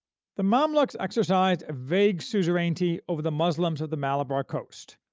the mamluks exercised a vague suzerainty over the muslims of the malabar coast,